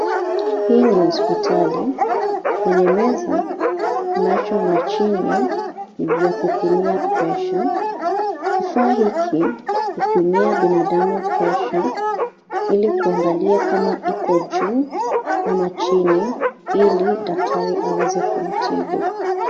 HIi ni hospitali. Kwenye meza, kunacho mashine ya kupimia pressure . Kifaa hiki hupimia binadamu pressure ili kuangalia kama iko juu ama chini ili daktari aweze kumtibu.